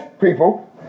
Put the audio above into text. people